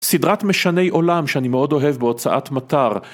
סדרת משני עולם שאני מאוד אוהב בהוצאת מטר.